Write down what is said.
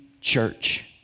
church